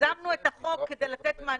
יזמנו את החוק כדי לתת מענה,